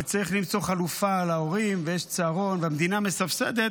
וצריך למצוא חלופה להורים ויש צהרון והמדינה מסבסדת,